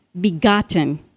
begotten